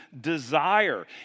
desire